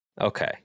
Okay